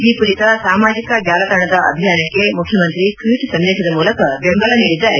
ಈ ಕುರಿತ ಸಾಮಾಜಿಕ ಜಾಲತಾಣದ ಅಭಿಯಾನಕ್ಕೆ ಮುಖ್ಜಮಂತ್ರಿ ಟ್ವೀಟ್ ಸಂದೇತದ ಮೂಲಕ ಬೆಂಬಲ ನೀಡಿದ್ದಾರೆ